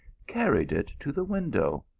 carried it to the window.